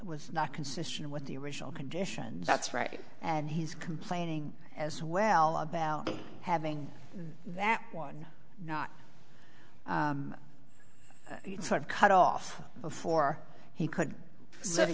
was not consistent with the original conditions that's right and he's complaining as well about having that one not sort of cut off before he could